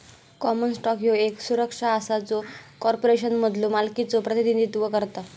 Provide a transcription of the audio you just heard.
common stock ह्यो येक सुरक्षा असा जो कॉर्पोरेशनमधलो मालकीचो प्रतिनिधित्व करता